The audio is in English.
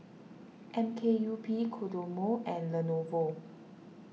M K U P Kodomo and Lenovo